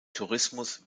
tourismus